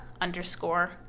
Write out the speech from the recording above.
underscore